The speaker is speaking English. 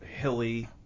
hilly